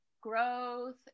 growth